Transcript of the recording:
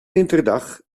winterdag